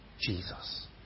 Jesus